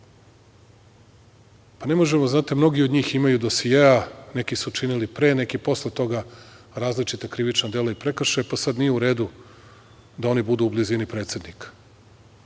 -Pa, ne možemo. Znate, mnogi od njih imaju dosijea. Neki su činili pre, neki posle toga različita krivična dela i prekršaje, pa sad nije u redu da oni budu u blizini predsednika. Onda